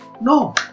no